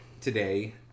today